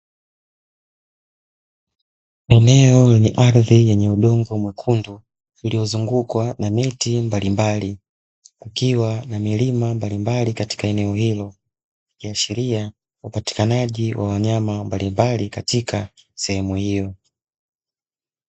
Eneo la ardhi lenye udongo mwekundu iliyozungukwa na miti mbalimbali kukiwa na milima mbalimbali katika eneo hilo, ikiashiria upatikanaji wa wanyama mbalimbali katika sehemu hiyo.